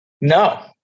no